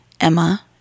emma